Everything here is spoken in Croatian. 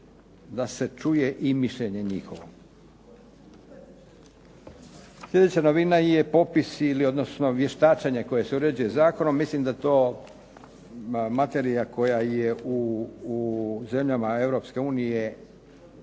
da se čuje i mišljenje njihovo. Sljedeća novina je popis ili odnosno vještačenje koje se uređuje zakonom. Mislim da to materija koja je u zemljama Europske